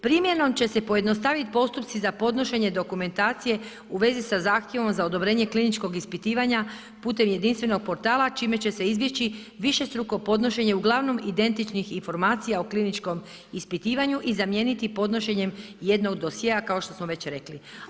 Primjenom će se pojednostavit postupci za podnošenje dokumentacije u vezi sa zahtjevom za odobrenje kliničkog ispitivanja putem jedinstvenog portala čime će se izbjeći višestruko podnošenje uglavnom identičnih informacija o kliničkom ispitivanju i zamijeniti podnošenjem jednog dosjea, kao što smo već rekli.